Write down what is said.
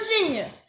Virginia